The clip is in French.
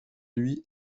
lui